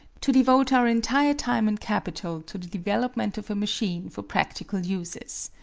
to devote our entire time and capital to the development of a machine for practical uses.